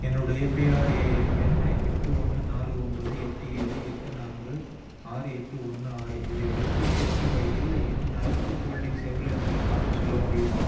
என்னுடைய பிஆர்ஏஎன் எண் எட்டு ஒன்று நாலு ஒன்பது எட்டு ஏழு எட்டு நான்கு ஆறு எட்டு ஒன்று ஆறு இதை வைத்து ஏபிஒய்யில் என் நடப்பு ஹோல்டிங்ஸ் எவ்வளவு என்று பார்த்துச் சொல்ல முடியுமா